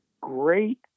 great